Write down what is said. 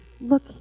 look